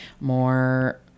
more